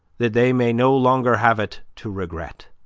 that they may no longer have it to regret.